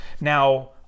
now